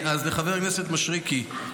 אז חבר כנסת מישרקי,